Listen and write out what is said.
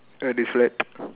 that is light